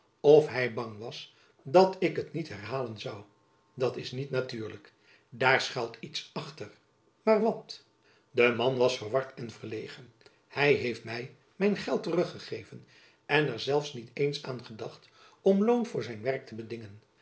of hy bang was dat ik het niet herhalen zoû dat is niet natuurlijk daar schuilt iets achter maar wat de man was verward en verlegen hy heeft my mijn geld teruggegeven en er zelfs niet eens aan gedacht om loon voor zijn werk te bedingen